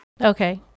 Okay